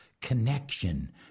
connection